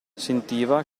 sentiva